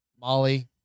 Molly